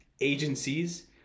agencies